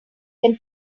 can